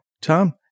Tom